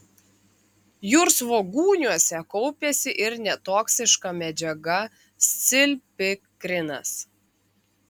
jūrsvogūniuose kaupiasi ir netoksiška medžiaga scilpikrinas